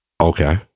Okay